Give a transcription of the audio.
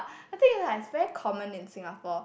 I think like it's very common in Singapore